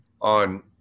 on